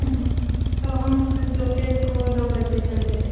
તો હમ કલ દોપહર કો દો બજે ચલતે હે